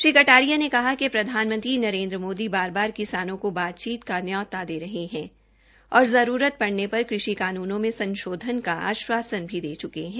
श्री कटारिया ने कहा कि प्रधानमंत्री नरेन्द्र मोदी बार बार किसानों को बातचीत का न्यौता दे रहे है और जरूरत पड़ने पर कृषि कानूनों में संशोधन का आश्वासन भी दे च्यके है